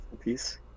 Peace